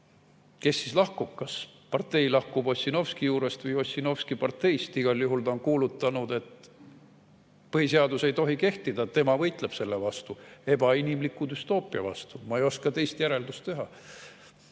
Kes siis lahkub? Kas partei lahkub Ossinovski juurest või Ossinovski parteist? Igal juhul ta on kuulutanud, et põhiseadus ei tohi kehtida, tema võitleb selle vastu, ebainimliku düstoopia vastu. Ma ei oska teist järeldust teha.